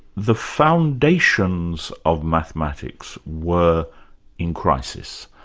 the foundations of mathematics were in crisis.